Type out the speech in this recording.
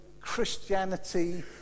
Christianity